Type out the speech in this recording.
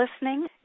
listening